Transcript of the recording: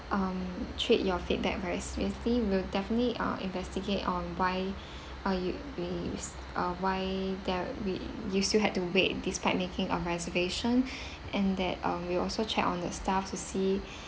um treat your feedback very seriously we'll definitely uh investigate on why uh you we uh why there we you still had to wait despite making a reservation and that uh we'll also check on the staff to see